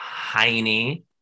tiny